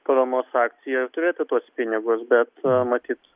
paramos akciją ir turėtų tuos pinigus bet matyt